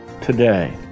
today